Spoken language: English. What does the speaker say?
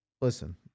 listen